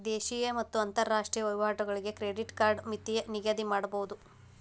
ದೇಶೇಯ ಮತ್ತ ಅಂತರಾಷ್ಟ್ರೇಯ ವಹಿವಾಟುಗಳಿಗೆ ಕ್ರೆಡಿಟ್ ಕಾರ್ಡ್ ಮಿತಿನ ನಿಗದಿಮಾಡಬೋದು